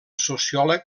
sociòleg